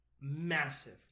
massive